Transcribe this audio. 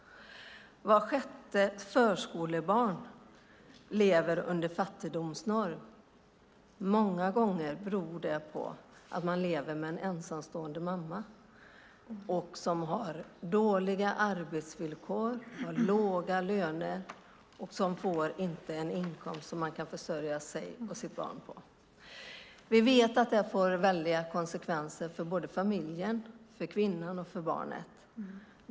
Vart sjätte förskolebarn lever under fattigdomsnormen. Många gånger beror det på att man lever med en ensamstående mamma som har dåliga arbetsvillkor och låg lön, som inte får en inkomst som man kan försörja sig och sitt barn på. Vi vet att det får väldiga konsekvenser för familjen, för kvinnan och barnet.